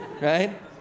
right